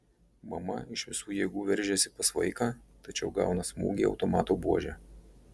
mama iš visų jėgų veržiasi pas vaiką tačiau gauna smūgį automato buože